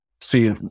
See